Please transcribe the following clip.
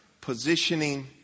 positioning